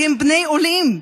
כי הם בני עולים,